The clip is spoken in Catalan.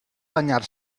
banyar